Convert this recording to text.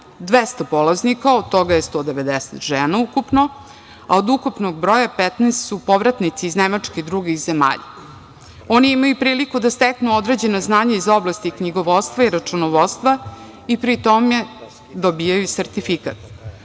200 polaznika, od toga je 190 žena ukupno, a od ukupnog broja 15 su povratnici iz Nemačke i drugih zemalja. Oni imaju priliku da steknu određena znanja iz oblasti knjigovodstva i računovodstva i pri tome dobijaju sertifikat.